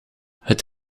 het